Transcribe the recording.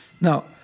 Now